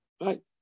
Right